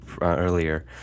earlier